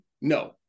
no